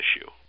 issue